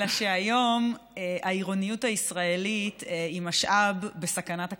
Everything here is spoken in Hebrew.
אלא שהיום העירוניות הישראלית היא משאב בסכנת הכחדה,